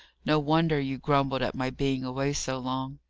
no wonder you grumbled at my being away so long!